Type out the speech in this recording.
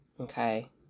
okay